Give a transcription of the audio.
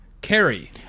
Carrie